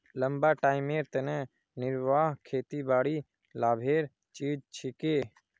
लंबा टाइमेर तने निर्वाह खेतीबाड़ी लाभेर चीज छिके